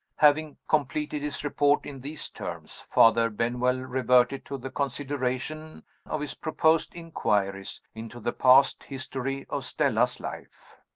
having completed his report in these terms, father benwell reverted to the consideration of his proposed inquiries into the past history of stella's life.